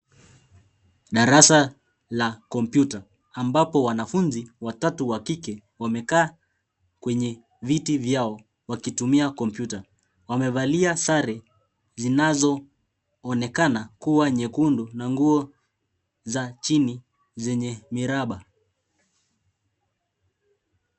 Darasa la kompyuta ambapo wanafunzi watatu wa kike wamekaa kwenye viti vyao wakitumia kompyuta, wamevalia sare zinazoonekana kuwa nyekundu na nguo za chini zenye miraba.